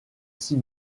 six